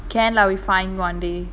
can lah we find one day